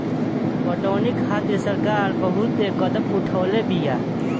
पटौनी खातिर सरकार बहुते कदम उठवले बिया